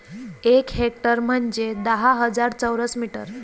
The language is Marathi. एक हेक्टर म्हंजे दहा हजार चौरस मीटर